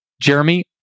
Jeremy